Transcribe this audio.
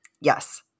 Yes